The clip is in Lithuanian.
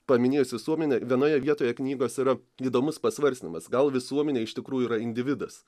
paminėjus visuomenę vienoje vietoje knygos yra įdomus pasvarstymas gal visuomenė iš tikrųjų yra individas